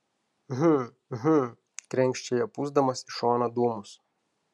hm hm krenkščiojo pūsdamas į šoną dūmus